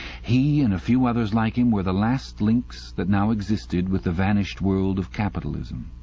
he and a few others like him were the last links that now existed with the vanished world of capitalism.